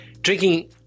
drinking